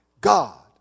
God